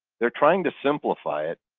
they're trying to simplify it,